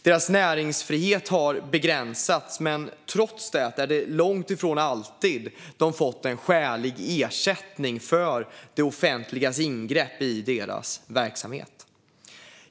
Deras näringsfrihet har begränsats, men trots det har de långt ifrån alltid fått en skälig ersättning för det offentligas ingrepp i deras verksamhet.